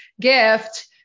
gift